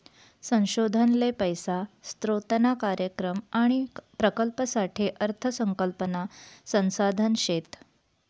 संशोधन ले पैसा स्रोतना कार्यक्रम आणि प्रकल्पसाठे अर्थ संकल्पना संसाधन शेत